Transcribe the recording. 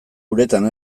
uretan